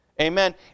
Amen